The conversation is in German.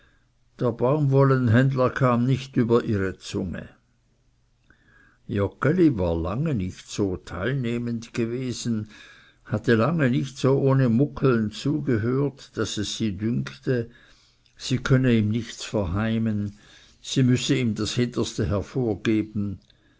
der baumwollenhändler kam nicht über ihre zunge joggeli war lange nicht so teilnehmend gewesen hatte lange nicht so ohne muckeln zugehört daß es sie dünkte sie könne ihm nichts verheimlichen sie müsse ihm das hinterste hervorgeben